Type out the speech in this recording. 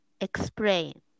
explain